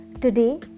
Today